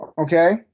Okay